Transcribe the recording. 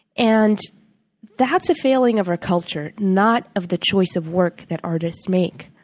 and that's a failing of our culture, not of the choice of work that artists make.